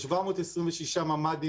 ל-726 ממ"דים,